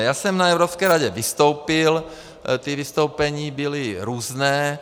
Já jsem na Evropské radě vystoupil, ta vystoupení byla různá.